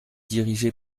dirigé